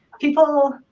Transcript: people